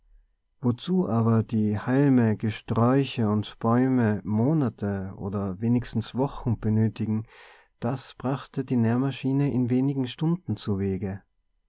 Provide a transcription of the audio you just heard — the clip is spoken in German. wozu aber die halme gesträuche und bäume monate oder wenigstens wochen benötigen das brachte die nährmaschine in wenigen stunden zuwege